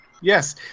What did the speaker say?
Yes